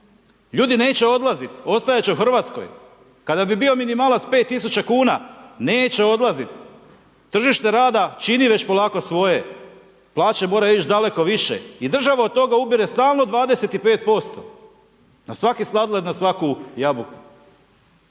Ljudi neće odlaziti. Ostajat će u Hrvatskoj. Kada bi bio minimalac 5 tisuća kuna, neće odlaziti. Tržište rada čini već polako svoje. Plaće moraju ići daleko više i država od toga ubire stalno 25% na svaki sladoled, na svaku jabuku.